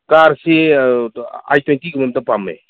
ꯀꯥꯔꯁꯤ ꯑꯥꯏ ꯇ꯭ꯋꯦꯟꯇꯤꯒꯨꯝꯕ ꯑꯝꯇ ꯄꯥꯝꯃꯦ